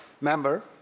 member